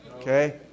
okay